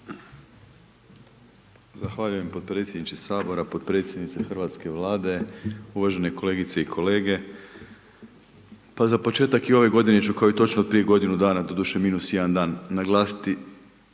Zahvaljujem potpredsjedniče Sabora, potpredsjednice hrvatske Vlade, uvažene kolegice i kolege. Pa za početak ove godine ću kao i točno prije godinu dana, doduše minus jedan dan, naglasiti,